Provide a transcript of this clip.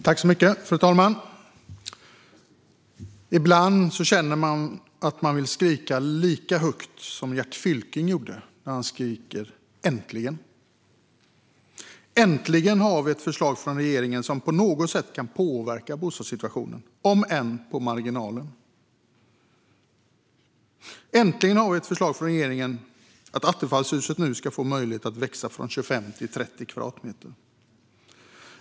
Fru talman! Ibland känner man att man vill skrika lika högt som Gert Fylking gjorde när han skrek: "Äntligen!" Äntligen har vi ett förslag från regeringen som på något sätt kan påverka bostadssituationen, om än på marginalen. Äntligen har vi ett förslag från regeringen om att attefallshusen nu ska få möjlighet att växa från 25 till 30 kvadratmeter.